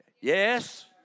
Yes